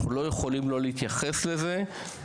אנחנו לא יכולים שלא להתייחס לזה.